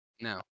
No